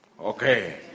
Okay